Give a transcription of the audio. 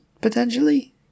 Potentially